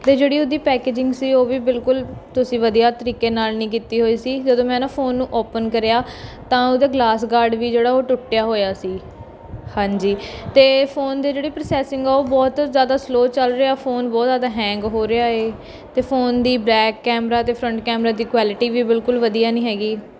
ਅਤੇ ਜਿਹੜੀ ਉਹਦੀ ਪੈਕਜਿੰਗ ਸੀ ਉਹ ਵੀ ਬਿਲਕੁਲ ਤੁਸੀਂ ਵਧੀਆ ਤਰੀਕੇ ਨਾਲ਼ ਨਹੀਂ ਕੀਤੀ ਹੋਈ ਸੀ ਜਦੋਂ ਮੈਂ ਨਾ ਫੋਨ ਨੂੰ ਓਪਨ ਕਰਿਆ ਤਾਂ ਉਹਦਾ ਗਲਾਸ ਗਾਡ ਵੀ ਜਿਹੜਾ ਉਹ ਟੁੱਟਿਆ ਹੋਇਆ ਸੀ ਹਾਂਜੀ ਅਤੇ ਫੋਨ ਦੇ ਜਿਹੜੀ ਪ੍ਰੋਸੈਸਿੰਗ ਉਹ ਬਹੁਤ ਜ਼ਿਆਦਾ ਸਲੋਅ ਚੱਲ ਰਿਹਾ ਫੋਨ ਬਹੁਤ ਜ਼ਿਆਦਾ ਹੈਂਗ ਹੋ ਰਿਆ ਏ ਅਤੇ ਫੋਨ ਦੀ ਬੈਕ ਕੈਮਰਾ ਅਤੇ ਫਰੰਟ ਕੈਮਰਾ ਦੀ ਕੁਆਲਿਟੀ ਵੀ ਬਿਲਕੁਲ ਵਧੀਆ ਨਹੀਂ ਹੈਗੀ